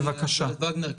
לילך וגנר,